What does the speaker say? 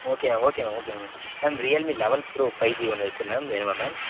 okay ma'am okay ma'am okay ma'am ma'am Realme level pro five G ஒன்று இருக்கு ma'am வேணுமா ma'am